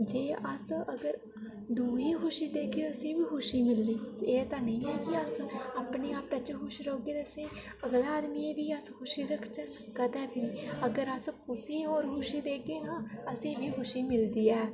जे अस अगर दूए ई खुशी देगे असें ई खुशी मिलनी एह् ते नेईं ऐ अस अपने आपै च खुश रोह्गे ते अस अगले आदमियें गी खुश रखचै कदें बी अगर अस कुसै होर गी खुशी देगे ना असें ई बी खुशी मिलदी ऐ